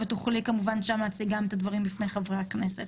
ותוכלי כמובן שם להציג גם את הדברים בפני חברי הכנסת.